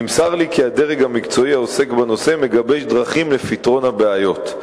נמסר לי כי הדרג המקצועי העוסק בנושא מגבש דרכים לפתרון הבעיות.